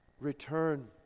return